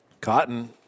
Cotton